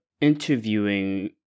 interviewing